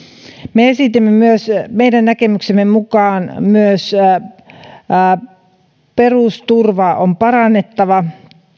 me esitimme myös että meidän näkemyksemme mukaan perusturvaa on parannettava